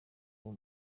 ubu